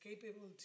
capable